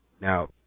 Now